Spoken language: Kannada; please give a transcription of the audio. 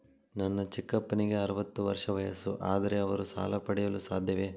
ನನ್ನ ಚಿಕ್ಕಪ್ಪನಿಗೆ ಅರವತ್ತು ವರ್ಷ ವಯಸ್ಸು, ಆದರೆ ಅವರು ಸಾಲ ಪಡೆಯಲು ಸಾಧ್ಯವೇ?